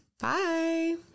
Bye